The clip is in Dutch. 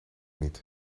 niet